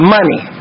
Money